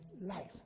life